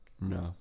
No